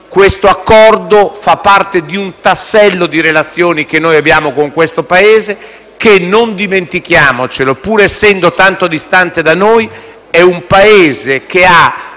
Questo Accordo fa parte di un tassello di relazioni che abbiamo con questo Paese, che - non dimentichiamocelo - pur essendo tanto distante da noi, è un Paese con cui